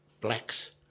blacks